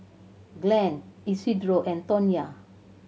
Glen Isidro and Tonya